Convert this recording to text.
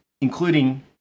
including